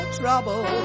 trouble